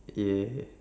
yeah